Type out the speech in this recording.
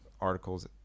articles